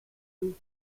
moved